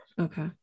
Okay